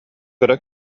кыра